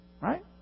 Right